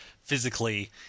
physically